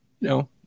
No